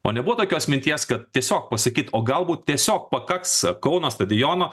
o nebuvo tokios minties kad tiesiog pasakyt o galbūt tiesiog pakaks kauno stadiono